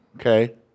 okay